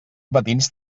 matins